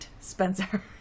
Spencer